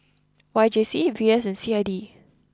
Y J C V S and C I D